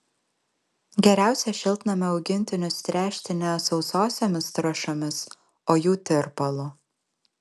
geriausia šiltnamio augintinius tręšti ne sausosiomis trąšomis o jų tirpalu